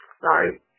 Sorry